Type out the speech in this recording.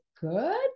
good